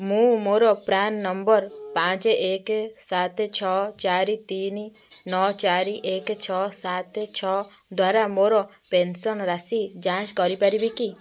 ମୁଁ ମୋର PRAN number ପାଞ୍ଚ ଏକ ସାତ ଛଅ ଚାରି ତିନି ନଅ ଚାରି ଏକ ଛଅ ସାତ ଛଅ ଦ୍ଵାରା ମୋର ପେନ୍ସନ୍ ରାଶି ଯାଞ୍ଚ କରିପାରିବି କି